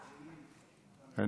רצון.